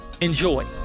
Enjoy